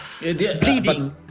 bleeding